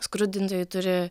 skrudintojai turi